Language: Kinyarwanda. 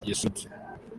yaserutse